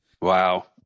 Wow